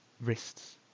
wrists